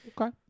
Okay